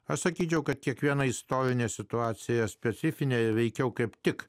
atsakyčiau kad kiekviena istorinė situacija specifinėje veikiau kaip tik